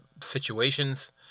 situations